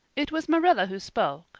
it was marilla who spoke,